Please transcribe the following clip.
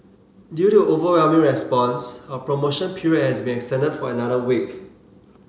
due to overwhelming response our promotion period has been extended for another week